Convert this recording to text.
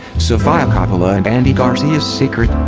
sofia coppola and andy garcia's secret,